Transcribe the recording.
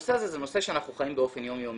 הנושא הזה הוא נושא שאנחנו חיים באופן יום יומי.